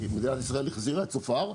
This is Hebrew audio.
מדינת ישראל החזירה את צופר.